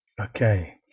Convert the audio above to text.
Okay